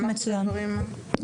מצוין.